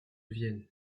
vienne